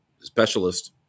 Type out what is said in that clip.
specialist